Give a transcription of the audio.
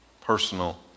personal